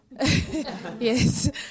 Yes